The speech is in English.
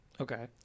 okay